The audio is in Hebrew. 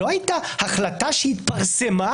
לא הייתה החלטה שהתפרסמה